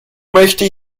möchte